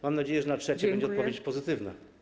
Mam nadzieję, że na trzecie będzie odpowiedź pozytywna.